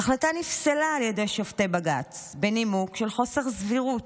ההחלטה נפסלה על ידי שופטי בג"ץ בנימוק של חוסר סבירות,